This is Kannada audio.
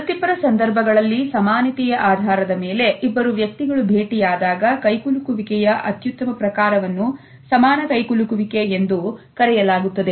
ವೃತ್ತಿಪರ ಸಂದರ್ಭಗಳಲ್ಲಿ ಸಮಾನತೆಯ ಆಧಾರದ ಮೇಲೆ ಇಬ್ಬರು ವ್ಯಕ್ತಿಗಳು ಭೇಟಿಯಾದಾಗ ಕೈಕುಲುಕು ವಿಕೆಯ ಅತ್ಯುತ್ತಮ ಪ್ರಕಾರವನ್ನು ಸಮಾನ ಕೈಗೊಳ್ಳುವಿಕೆ ಎಂದು ಕರೆಯಲಾಗುತ್ತದೆ